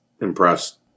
impressed